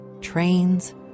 trains